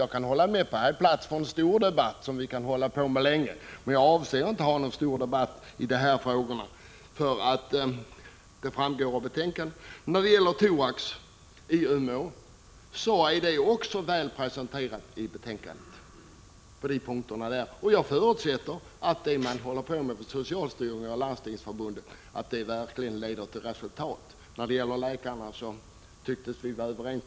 Jag kan hålla med om att här finns plats för en större debatt, som vi kan hålla på med länge, men jag avser inte att hålla någon stor debatt i de här frågorna, för vad vi anser framgår av betänkandet. Frågan om thorax i Umeå är också väl presenterad i betänkandet. Jag förutsätter att det socialstyrelsen och Landstingsförbundet är sysselsatta med verkligen leder till resultat. När det gäller läkarna tycktes vi vara överens.